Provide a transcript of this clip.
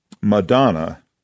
Madonna